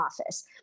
office